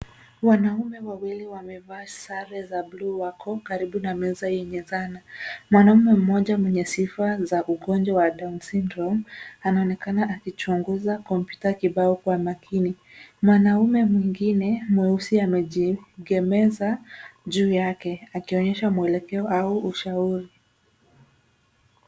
Mwanaume wawili wamevaa sare za buluu wako karibu na meza yenye zana. Mwanaume mmoja mwenye sifa za ugonjwa wa Down Syndrome anaonekana akichunguza kompyuta kibao kwa makini. Mwanaume mwingine mweusi amejiegemeza juu yake akionyesha mwelekeo au ushauri.